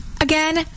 Again